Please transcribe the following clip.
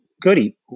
Goody